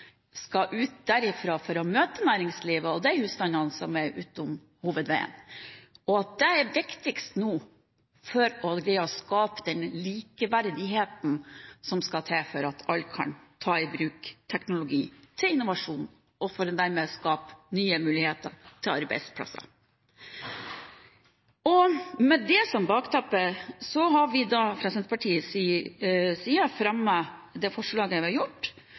skal ut fra hovedveien for å møte det næringslivet og de husstandene som ligger utenom den. Det er det viktigste nå for å greie å skape den likeverdigheten som skal til for at alle kan ta i bruk teknologi til innovasjon og dermed skape nye muligheter for arbeidsplasser. Med det som bakteppe har vi fra Senterpartiets side fremmet et forslag om tilgang til høyhastighetsbredbånd i hele landet. Jeg tar dermed opp det forslaget.